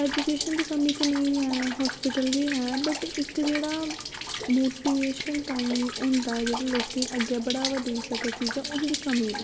education दी कमी कनेही ऐ होस्पिटल ही हैं पर इक जेह्ड़ा मोटीवेशन तांई होंदा ऐ जेह्ड़ा लोकें गी अग्गैं बड़ावा देई सकै उंदी कमी ऐ